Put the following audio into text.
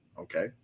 okay